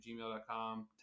gmail.com